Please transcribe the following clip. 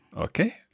Okay